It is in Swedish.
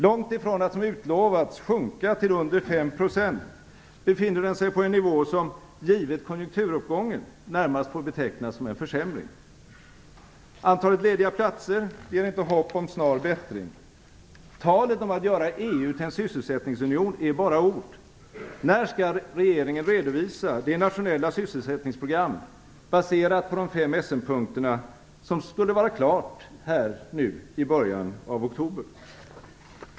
Långtifrån att som utlovats sjunka till under 5 % befinner den sig på en nivå som givet konjunkturuppgången närmast får betecknas som en försämring. Antalet lediga platser ger inte hopp om snar bättring. Talet om att göra EU till en sysselsättningsunion är bara ord. När skall regeringen redovisa det nationella sysselsättningsprogram baserat på de fem Essenpunkterna som skulle vara klart i början av oktober?